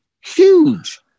Huge